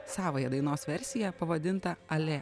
savąją dainos versiją pavadintą alė